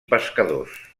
pescadors